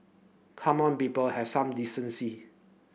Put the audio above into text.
come on people have some decency